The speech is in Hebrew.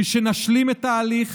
כשנשלים את ההליך